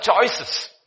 choices